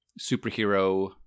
superhero